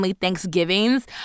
thanksgivings